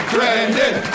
Brandon